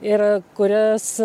ir kuris